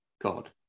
God